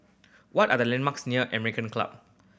what are the landmarks near American Club